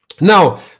Now